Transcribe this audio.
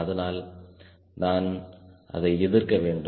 அதனால் நான் அதை எதிர்க்க வேண்டும்